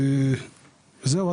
וזהו.